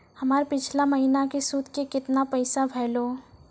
हमर पिछला महीने के सुध के केतना पैसा भेलौ?